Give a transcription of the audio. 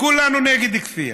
כולנו נגד כפייה.